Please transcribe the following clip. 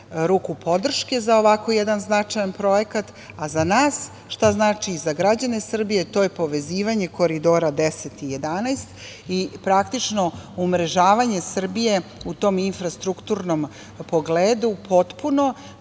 ruku podrške za ovako jedan značajan projekat, a za nas šta znači i za građane Srbije, to je povezivanje Koridora 10 i 11 i praktično umrežavanje Srbije u tom infrastrukturnom pogledu, potpuno,